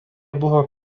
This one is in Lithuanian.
buvo